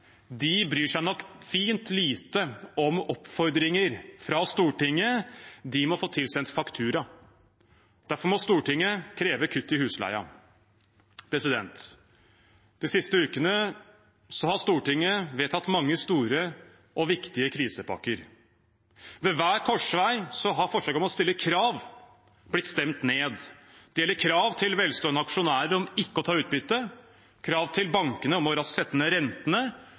De bryr seg nok fint lite om oppfordringer fra Stortinget. De må få tilsendt faktura. Derfor må Stortinget kreve kutt i husleien. De siste ukene har Stortinget vedtatt mange store og viktige krisepakker. Ved hver korsvei har forsøket på å stille krav blitt stemt ned. Det gjelder krav til velstående aksjonærer om ikke å ta utbytte, krav til bankene om raskt å sette ned rentene